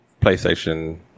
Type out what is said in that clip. PlayStation